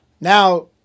Now